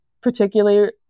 particularly